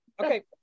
Okay